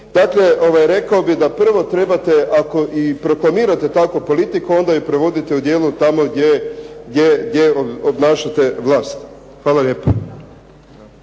Dakle, rekao bih da prvo trebate ako i proklamirate takvu politiku onda je provodite u djelo tamo gdje obnašate vlast. Hvala lijepa.